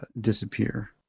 disappear